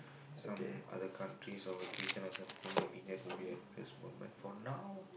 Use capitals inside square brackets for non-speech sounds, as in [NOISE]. [BREATH] some other countries for vacation or something maybe that will be the happiest moment for now